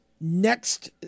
next